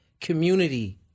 community